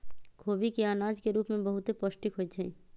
खोबि के अनाज के रूप में बहुते पौष्टिक होइ छइ